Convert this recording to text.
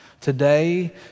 Today